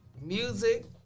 Music